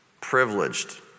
privileged